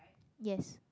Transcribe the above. yes